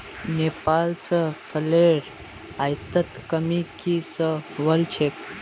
नेपाल स फलेर आयातत कमी की स वल छेक